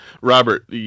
Robert